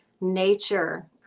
nature